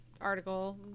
article